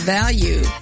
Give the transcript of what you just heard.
value